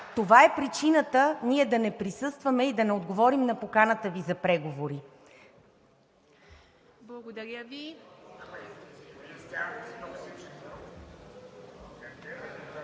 Това е причината ние да не присъстваме и да не отговорим на поканата Ви за преговори. ПРЕДСЕДАТЕЛ